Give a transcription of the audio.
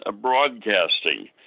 broadcasting